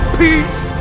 peace